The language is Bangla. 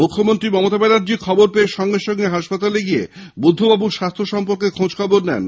মুখ্যমন্ত্রী মমতা ব্যানার্জী খবর পেয়ে সঙ্গে সঙ্গে হাসপাতালে গিয়ে বুদ্ধবাবুর স্বাস্থ্য সম্পর্কে খোঁজ নেন